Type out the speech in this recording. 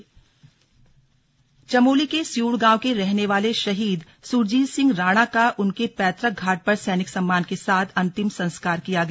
slug शहीद अंत्येष्टि चमोली के सियूण गांव के रहने वाले शहीद सुरजीत सिंह राणा का उनके पैतुक घाट पर सैनिक सम्मान के साथ अंतिम संस्कार किया गया